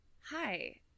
hi